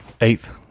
Eighth